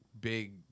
big